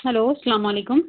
hello السّلام علیکم